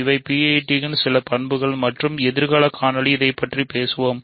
இவை PID களின் சில பண்புகள் மற்றும் எதிர்கால காணொளியில் இதைப் பற்றி மேலும் பேசுவோம்